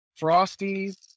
frosties